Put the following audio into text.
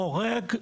חורג,